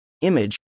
Image